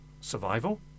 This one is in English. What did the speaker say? survival